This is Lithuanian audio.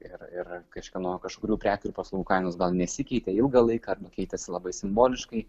ir ir kažkieno kažkurių prekių ir paslaugų kainos gal nesikeitė ilgą laiką arba keitėsi labai simboliškai